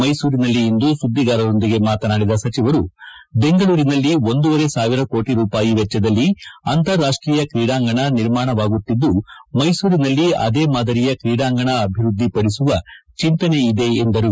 ಮೈಸೂರಿನಲ್ಲಿ ಇಂದು ಸುದ್ದಿಗಾರರ ಜೊತೆ ಮಾತನಾಡಿದ ಸಚಿವರು ಬೆಂಗಳೂರಿನಲ್ಲಿ ಒಂದೂವರೆ ಸಾವಿರ ಕೋಟಿ ರೂಪಾಯಿ ವೆಚ್ಚದಲ್ಲಿ ಅಂತಾರಾಷ್ಟೀಯ ಕ್ರೀಡಾಂಗಣ ನಿರ್ಮಾಣವಾಗುತ್ತಿದ್ದು ಮೈಸೂರಿನಲ್ಲಿ ಆದೇ ಮಾದರಿಯ ಕ್ರೀಡಾಂಗಣ ಅಭಿವೃದ್ಧಿಪಡಿಸುವ ಚಂತನೆ ಇದೆ ಎಂದರು